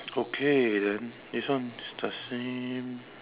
okay then this one is the same